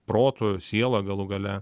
protu siela galų gale